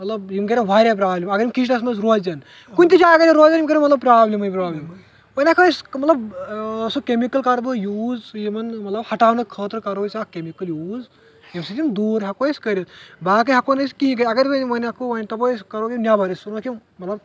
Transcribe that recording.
مطلب یِم کرِن واریاہ پرابلِم اگر یِم کچٕنَس منٛز روزن کُنہِ تہِ جایہِ اگر یم روزِن یم کرن مطلب پرابلِمٕے پرابِلِم ؤنۍ ہیکو أسۍ مطلب سہُ کیٚمِکٕل کرٕ بہٕ یوٗز سہُ یِمَن ہٹاونہٕ خٲطرٕ کرُو أسۍ اکھ کیٚمِکَٕل یوٗز ییمہِ سۭتۍ یم دوٗر ہیٚکو أسۍ کٔرِتھ باقٕے ہیٚکو نہٕ أسۍ کہیٖنۍ کٔرِتھ اگرے ونۍ نٔنۍ ہیکُو ؤنۍ دَپُۄ أسۍ کرووکھ یم نیبر أسۍ ژھٕنہٕ ووکھ یم مطلب